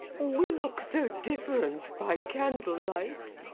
we look so different by candle-light.